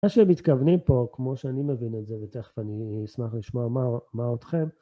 מה שהם מתכוונים פה, כמו שאני מבין את זה, ותיכף אני אשמח לשמוע מה אותכם.